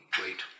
wait